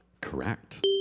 Correct